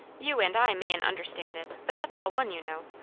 you and i mayn't understand it, but that's all one, you know.